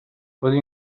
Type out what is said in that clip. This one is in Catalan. pot